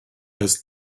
des